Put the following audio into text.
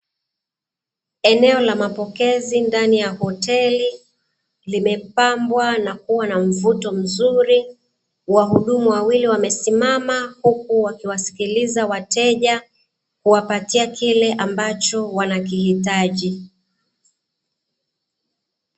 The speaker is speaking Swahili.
Eneo la mapokezi ndani ya hoteli, limepambwa na kuwa na mvuto mzuri. Wahudumu wawili wamesimama huku wakiwasikiliza wateja, kuwapatia kile ambacho wanakihitaji.